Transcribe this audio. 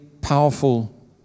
powerful